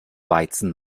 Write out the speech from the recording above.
weizen